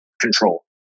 control